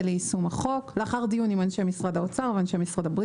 להצעת החוק לאחר דיון עם אנשי משרדי האוצר והבריאות.